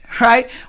right